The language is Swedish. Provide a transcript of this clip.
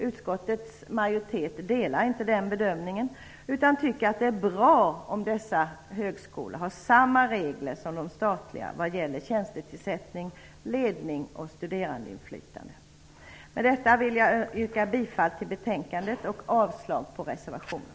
Utskottets majoritet delar inte den bedömningen utan tycker att det är bra om dessa högskolor har samma regler som de statliga vad gäller tjänstetillsättning, ledning och studerandeinflytande. Herr talman! Med detta vill jag yrka bifall till utskottets hemställan och avslag på reservationen.